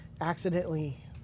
accidentally